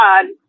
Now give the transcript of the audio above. God